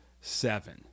seven